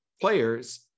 players